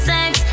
Sex